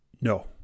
No